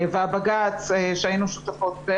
והבג"ץ שהיינו שותפות לו,